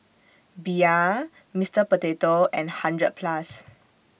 Bia Mister Potato and hundred Plus